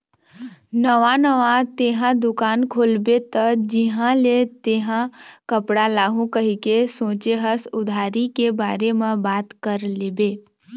नवा नवा तेंहा दुकान खोलबे त जिहाँ ले तेंहा कपड़ा लाहू कहिके सोचें हस उधारी के बारे म बात कर लेबे